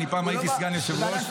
פעם הייתי סגן יושב-ראש.